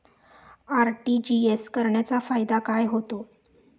RTGS करण्याचा फायदा काय होतो?